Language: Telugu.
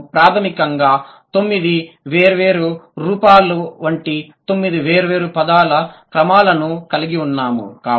మనము ప్రాథమికంగా తొమ్మిది వేర్వేరు రూపాల వంటి తొమ్మిది వేర్వేరు పదాల క్రమాలను కలిగి ఉన్నాము